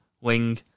wing